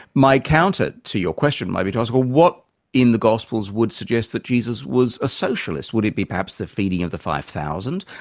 my counter to your question might be to ask, well what in the gospels would suggest that jesus was a socialist? would it be perhaps the feeding of the five thousand,